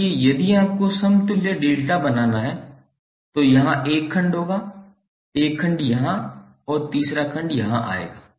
इसलिए यदि आपको समतुल्य डेल्टा बनाना है तो यहां एक खंड होगा एक खंड यहां और तीसरा खंड यहां आएगा